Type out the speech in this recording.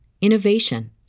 innovation